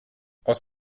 aus